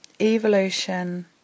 evolution